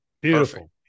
Beautiful